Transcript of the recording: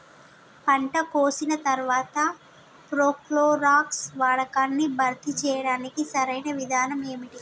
పంట కోసిన తర్వాత ప్రోక్లోరాక్స్ వాడకాన్ని భర్తీ చేయడానికి సరియైన విధానం ఏమిటి?